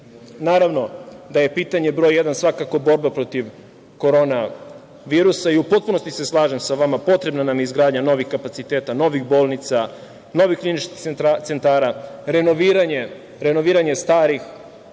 naravno da je pitanje broj jedan borba protiv korona virusa i u potpunosti se slažem sa vama. Potrebna nam je izgradnja novih kapaciteta, novih bolnica, novih kliničkih centara, renoviranje starih.